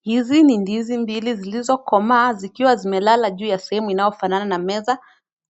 Hizi ni ndizi mbili zilizokomaa, zikiwa zimelala juu ya sehemu inayofanana na meza